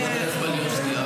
חברת הכנסת מלינובסקי,